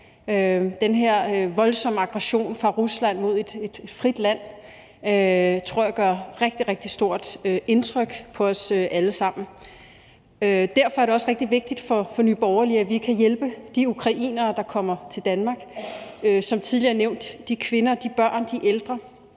Den her voldsomme aggression fra Ruslands side mod et frit land tror jeg gør et rigtig, rigtig stort indtryk på os alle sammen. Derfor er det også rigtig vigtigt for Nye Borgerlige, at vi kan hjælpe de ukrainere, der kommer til Danmark. Som tidligere nævnt får de kvinder, børn og ældre,